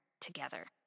together